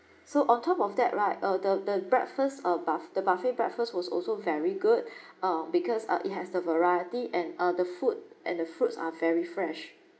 so on top of that right uh the the breakfast uh buff~ the buffet breakfast was also very good um because uh it has the variety and uh the food and the fruits are very fresh